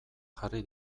jarri